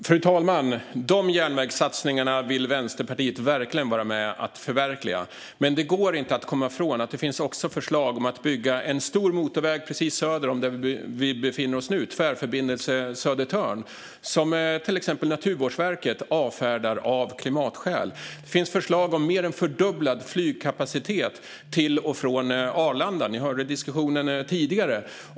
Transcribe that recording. Fru talman! De järnvägssatsningarna vill Vänsterpartiet verkligen vara med och förverkliga. Men det går inte att komma ifrån att det också finns förslag om att bygga en stor motorväg precis söder om var vi befinner oss nu. Jag talar om Tvärförbindelse Södertörn, som till exempel Naturvårdsverket avfärdar av klimatskäl. Det finns också förslag om en mer än fördubblad flygkapacitet till och från Arlanda - ni hörde diskussionen tidigare.